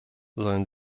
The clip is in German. sollen